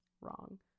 wrong